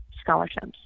scholarships